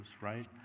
right